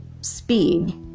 speed